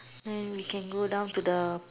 then we can go down to the